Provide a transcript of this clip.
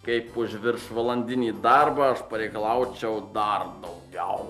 kaip už viršvalandinį darbą aš pareikalaučiau dar daugiau